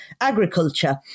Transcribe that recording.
agriculture